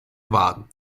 wagen